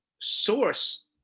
source